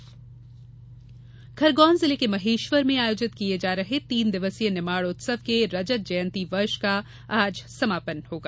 निमाड़ उत्सव खरगौन जिले के महेश्वर में आयोजित किये जा रहे तीन दिवसीय निमाड़ उत्सव के रजत जयंती वर्ष का आज समापन होगा